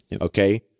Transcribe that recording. okay